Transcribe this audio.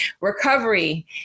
Recovery